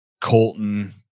Colton